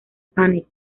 panic